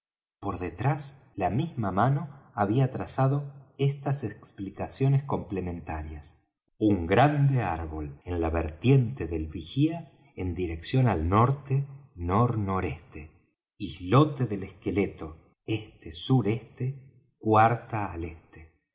por detrás la misma mano había trazado estas explicaciones complementarias un grande árbol en la vertiente de el vigía en dirección al n n n e islote del esqueleto e s e cuarta al e